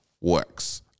Works